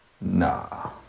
Nah